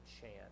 chant